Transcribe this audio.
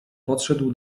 podszedł